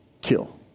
kill